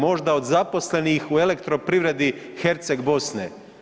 Možda od zaposlenih u Elektroprivredi Herceg-Bosne.